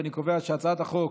אני קובע שהצעת חוק